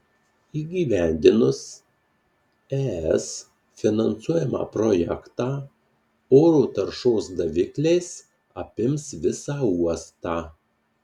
įgyvendinus es finansuojamą projektą oro taršos davikliais apims visą uostą